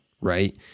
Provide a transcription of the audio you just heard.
right